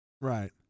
right